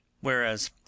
Whereas